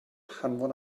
hanfon